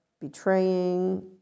betraying